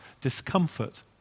discomfort